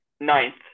ninth